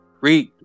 read